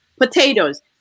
Potatoes